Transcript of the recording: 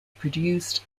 produced